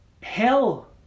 Hell